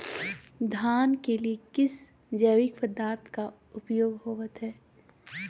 धान के लिए किस जैविक पदार्थ का उपयोग होवत है?